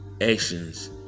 actions